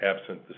absent